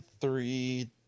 three